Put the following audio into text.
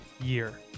year